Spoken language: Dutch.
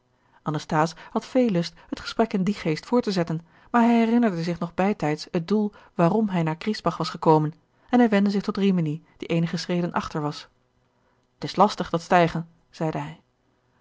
anasthase had veel lust het gesprek in dien geest voort te zetten maar hij herinnerde zich nog bij tijds het doel gerard keller het testament van mevrouw de tonnette waarom hij naar griesbach was gekomen en hij wendde zich tot rimini die eenige schreden achter was t is lastig dat stijgen zeide hij